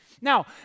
Now